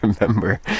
remember